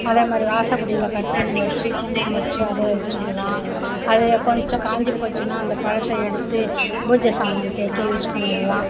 அதேமாதிரி வாசப்படியில கட் பண்ணி வச்சு குங்குமம் வச்சு அதை வச்சுக்கலாம் அது கொஞ்சம் காஞ்சி போச்சுன்னா அந்த பழத்தை எடுத்து பூஜை சாமான் தேய்க்க யூஸ் பண்ணிக்கலாம்